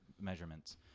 measurements